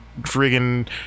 friggin